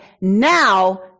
now